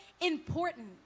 important